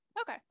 Okay